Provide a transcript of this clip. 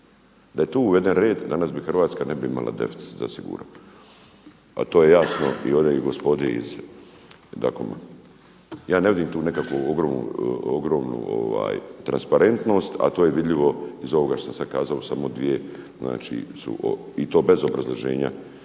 Da je tu uveden red, danas Hrvatska ne bi imala deficit zasigurno, a to je jasno i gospodi iz DKOM. Ja ne vidim tu nekakvu ogromnu transparentnost, a to je vidljivo iz ovoga što sam kazao samo dvije su znači i to bez obrazloženja